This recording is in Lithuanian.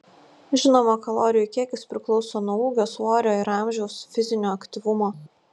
žinoma kalorijų kiekis priklauso nuo ūgio svorio ir amžiaus fizinio aktyvumo